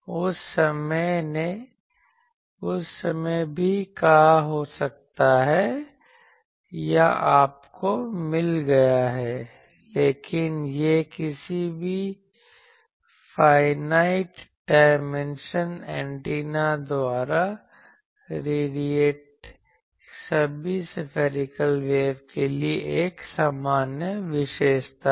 उस समय ने भी कहा हो सकता है या आपको मिल गया है लेकिन यह किसी भी फाइनाइट डायमेंशन एंटीना द्वारा रेडिएटिड सभी सफैरीकल वेव के लिए एक सामान्य विशेषता है